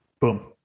boom